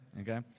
Okay